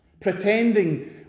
pretending